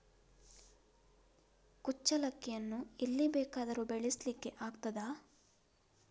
ಕುಚ್ಚಲಕ್ಕಿಯನ್ನು ಎಲ್ಲಿ ಬೇಕಾದರೂ ಬೆಳೆಸ್ಲಿಕ್ಕೆ ಆಗ್ತದ?